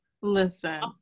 listen